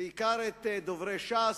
בעיקר את דוברי ש"ס,